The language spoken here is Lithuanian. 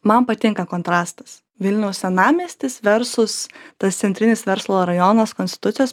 man patinka kontrastas vilniaus senamiestis versus tas centrinis verslo rajonas konstitucijos